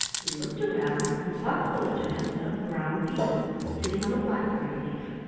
he looked around and saw close to him a brown beetle, sitting on a blackberry leaf.